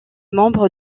membre